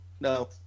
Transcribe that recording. no